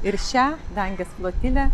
ir šią dangės flotilę